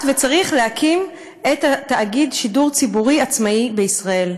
וצריך להקים תאגיד שידור ציבורי עצמאי בישראל.